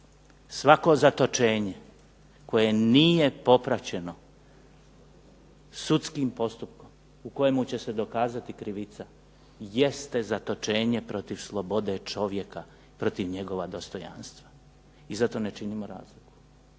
Svako zatočenje koje nije popraćeno sudskim postupkom u kojemu će se dokazati krivica jeste zatočenje protiv slobode čovjeka, protiv njegova dostojanstva i zato ne činimo razliku.